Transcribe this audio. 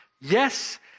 Yes